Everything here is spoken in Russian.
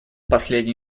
последняя